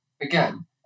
again